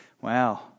Wow